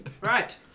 Right